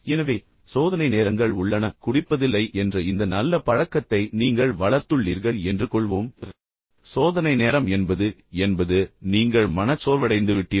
எனவே சோதனை நேரங்கள் உள்ளன குடிப்பதில்லை என்ற இந்த நல்ல பழக்கத்தை நீங்கள் வளர்த்துள்ளீர்கள் என்று கொள்வோம் சோதனை நேரம் என்பது என்பது நீங்கள் மனச்சோர்வடைந்துவிட்டீர்கள்